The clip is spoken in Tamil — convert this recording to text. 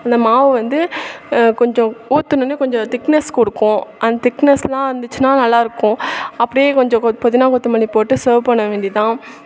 இந்த மாவு வந்து கொஞ்சம் ஊத்துனோடன்னே கொஞ்சம் திக்னஸ் கொடுக்கும் அந்த திக்னஸ்லாம் இருந்துச்சுன்னால் நல்லாயிருக்கும் அப்படியே கொஞ்சம் கொத் புதினா கொத்தமல்லி போட்டு சர்வ் பண்ண வேண்டியதுதான்